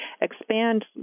expand